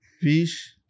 fish